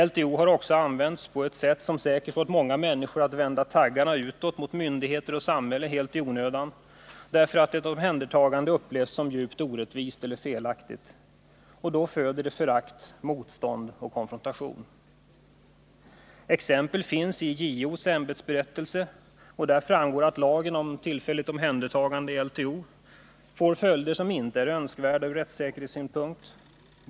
LTO har också använts på ett sätt som säkert fått många människor att vända taggarna utåt mot myndigheter och samhälle helt i onödan. Ett omhändertagande, som upplevs såsom felaktigt eller djupt orättvist, kan inte föda annat än förakt, motstånd och konfrontation. Exempel finns i JO:s ämbetsberättelse. Där framgår att lagen om tillfälligt omhändertagande, LTO, får följder som inte är önskvärda från rättssäkerhetssynpunkt.